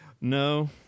No